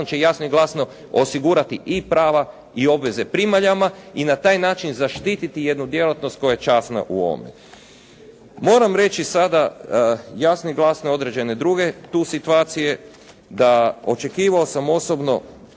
zakon će jasno i glasno osigurati i prava i obveze primaljama i na taj način zaštititi jednu djelatnost koja je časna u ovome. Moram reći sada, jasno i glasno određene druge tu situacije. Očekivao sam osobno,